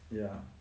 ya